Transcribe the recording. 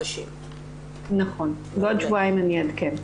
בעוד שבועיים אעדכן.